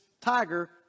tiger